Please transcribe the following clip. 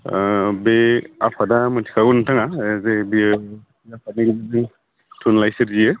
बे आफादा मोन्थिखागौ नोंथाङा जे बेयो थुनलाइखौ बेयो